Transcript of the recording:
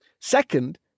Second